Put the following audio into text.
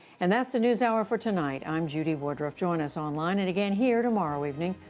and that's the newshour for tonight. i'm judy woodruff. join us online and again here tomorrow evening.